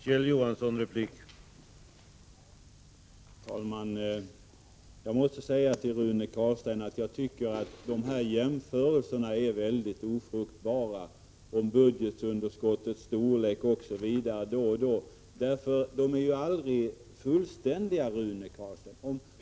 Herr talman! Jag måste säga till Rune Carlstein att jag tycker att de här jämförelserna om budgetunderskottets storlek då eller då är mycket ofruktbara. De är ju aldrig fullständiga.